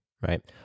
right